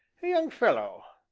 young fellow,